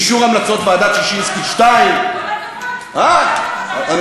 אישור המלצות ועדת ששינסקי 2. כל הכבוד, כל הכבוד.